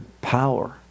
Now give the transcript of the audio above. power